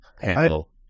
handle